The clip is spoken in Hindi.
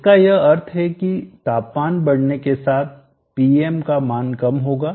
इसका यह अर्थ है की तापमान बढ़ने के साथ Pm का मान कम होगा